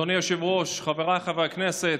אדוני היושב-ראש, חבריי חברי הכנסת,